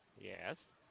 Yes